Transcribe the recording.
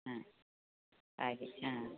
ಹಾಂ ಹಾಗೆ ಹಾಂ